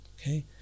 Okay